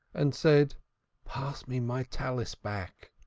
and said pass me my talith back.